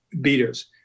beaters